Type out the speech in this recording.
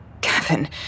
Kevin